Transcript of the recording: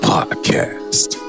Podcast